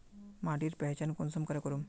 माटिर पहचान कुंसम करे करूम?